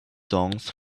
songs